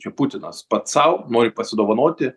čia putinas pats sau nori pasidovanoti